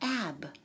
Ab